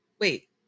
wait